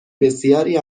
بسیاری